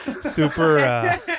super